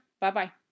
Bye-bye